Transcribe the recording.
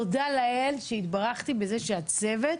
תודה לאל שהתברכתי בזה שהצוות